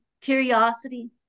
curiosity